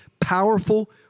powerful